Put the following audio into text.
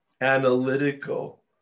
analytical